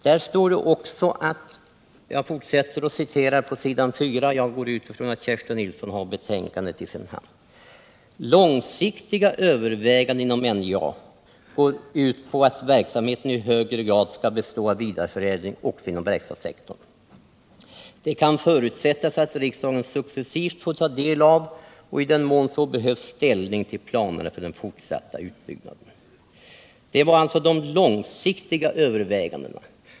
Jag utgår från att Kerstin Nilsson har betänkandet i sin hand, och jag fortsätter att citera på s. 4. Där står: ”Långsiktiga överväganden inom NJA går ut på att verksamheten i högre grad skall bestå av vidareförädling, också inom verkstadssektorn. Det kan förutsättas att riksdagen successivt får ta del av — och i den mån så behövs ta ställning till — planerna för den fortsatta utbyggnaden.” Det var alltså de långsiktiga övervägandena.